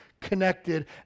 connected